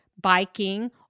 biking